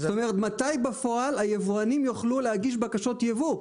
מתי בפועל היבואנים יוכלו להגיש בקשות יבוא?